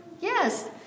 yes